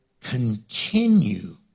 continue